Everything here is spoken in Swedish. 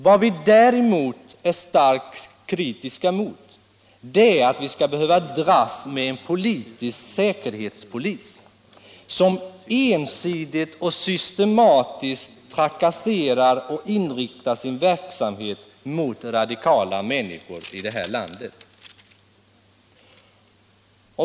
Vi i vpk är däremot starkt kritiska till att behöva dras med en politisk säkerhetspolis som ensidigt och systematiskt trakasserar och inriktar sin verksamhet på radikala människor i det här landet.